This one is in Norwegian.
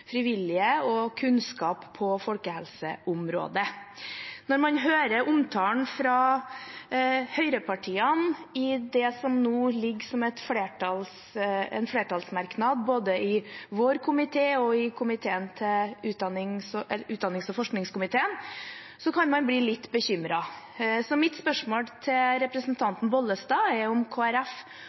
frivillige og kunnskap på folkehelseområdet. Når man leser omtalen fra høyrepartiene i flertallsmerknader i innstillingene både fra vår komité og fra utdannings- og forskningskomiteen, kan man bli litt bekymret. Mitt spørsmål til representanten Bollestad er: